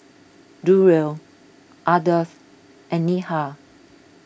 Durrell Ardath and Neha